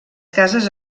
cases